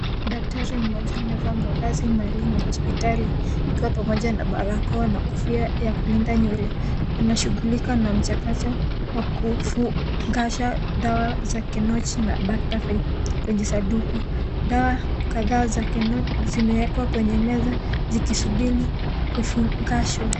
Dktari mmoja amevaa mavazi maalum ya hospitali ikiwa pamoja na barakoa na kofia ya kulinda nywele anashughulika na mchakacha wa kufungasha dawa za Kenoch bakta Fight kwenye sanduku , dawa kadhaa za Kenoch zimewekwa kwenye meza zikisubiri kufungashwa.